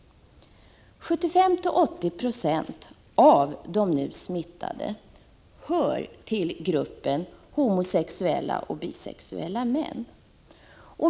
75-80 90 av de nu smittade hör till gruppen homosexuella och bisexuella män.